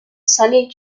sonny